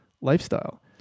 lifestyle